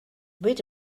wait